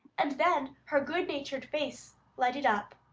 and then her good-natured face lighted up.